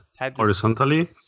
horizontally